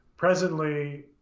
Presently